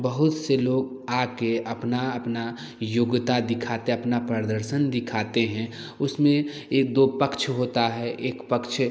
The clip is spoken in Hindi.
बहुत से लोग आ कर अपना अपना योग्यता दिखाते अपना प्रदर्शन दिखाते हैं उसमें एक दो पक्ष होता है एक पक्ष